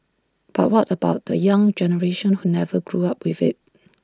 but what about the young generation who never grew up with IT